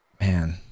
man